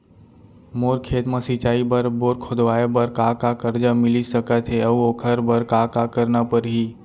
मोर खेत म सिंचाई बर बोर खोदवाये बर का का करजा मिलिस सकत हे अऊ ओखर बर का का करना परही?